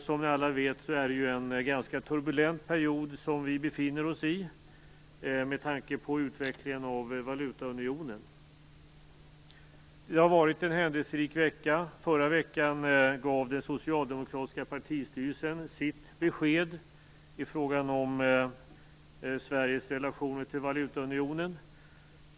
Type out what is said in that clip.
Som ni alla vet befinner vi oss i en ganska turbulent period med tanke på utvecklingen av valutaunionen. Det har varit en händelserik vecka. Förra veckan gav den socialdemokratiska partistyrelsen sitt besked i frågan om Sveriges relationer till valutaunionen.